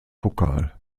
pokal